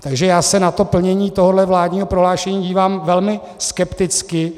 Takže já se na plnění tohoto vládního prohlášení dívám velmi skepticky.